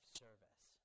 service